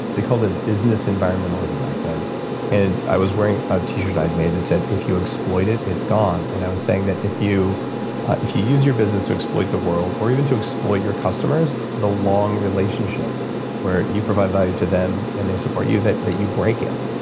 they called it business environmentalism back then and i was wearing a t-shirt i'd made that said, if you exploit it, it's gone. and i was saying that if you if you use your business to exploit the world, or even to exploit your customers, the long relationship where you provide value to them and they support you, you break it.